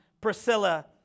Priscilla